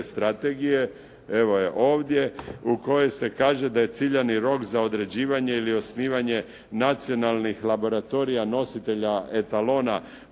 strategije, evo je ovdje u kojoj se kaže da je ciljani rok za određivanje ili osnivanje nacionalnih laboratorija nositelja etalona